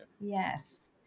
Yes